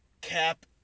Cap